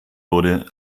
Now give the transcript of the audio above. wurde